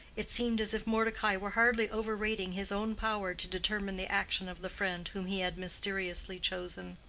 it seemed as if mordecai were hardly overrating his own power to determine the action of the friend whom he had mysteriously chosen.